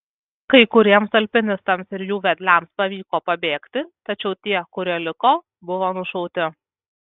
kai kuriems alpinistams ir jų vedliams pavyko pabėgti tačiau tie kurie liko buvo nušauti